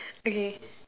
okay